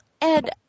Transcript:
Ed